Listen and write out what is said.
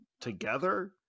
together